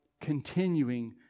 continuing